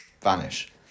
vanish